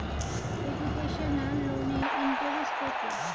Educational লোনের interest কত?